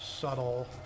subtle